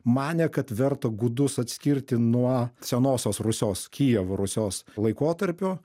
manė kad verta gudus atskirti nuo senosios rusios kijevo rusios laikotarpio